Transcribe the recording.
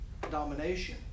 domination